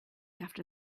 after